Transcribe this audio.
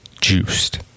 juiced